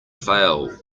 fail